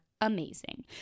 amazing